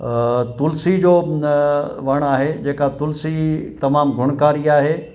तुलिसी जो न वण आहे जेका तुलिसी तमामु गुणकारी आहे